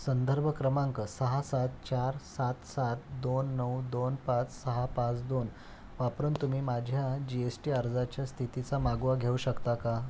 संदर्भ क्रमांक सहा सात चार सात सात दोन नऊ दोन पाच सहा पाच दोन वापरून तुम्ही माझ्या जी एस टी अर्जाच्या स्थितीचा मागोवा घेऊ शकता का